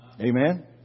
Amen